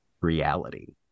reality